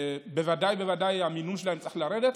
בוודאי ובוודאי המינון שלהן צריך לרדת,